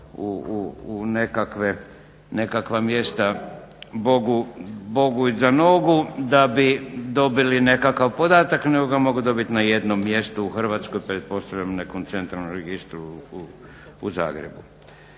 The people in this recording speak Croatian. u nekakva mjesta bogu iza nogu da bi dobili nekakav podatak, nego ga mogu dobiti na jednom mjestu u Hrvatskoj pretpostavljam nekom centralnom registru u Zagrebu.